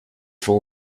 vol